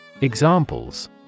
Examples